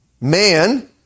Man